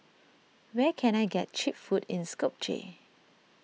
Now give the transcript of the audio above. where can I get Cheap Food in Skopje